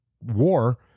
war